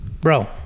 Bro